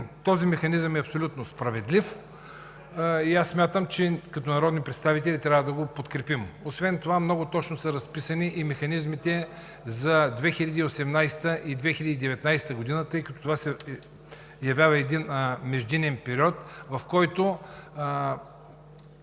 този механизъм е абсолютно справедлив. Смятам, че като народни представители трябва да го подкрепим. Освен това много точно са разписани и механизмите за 2018 г. и 2019 г., тъй като това се явява един междинен период, в който